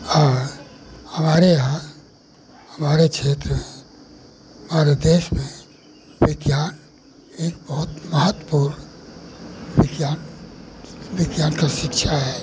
हाँ हमारे यहाँ हमारे क्षेत्र में हमारे देश में विज्ञान एक बहुत महत्वपूर्ण विज्ञान विज्ञान की शिक्षा है